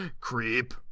Creep